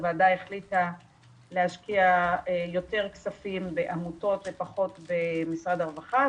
הוועדה החליטה להשקיע יותר כספים בעמותות ופחות במשרד הרווחה.